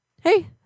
Hey